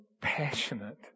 passionate